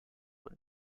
when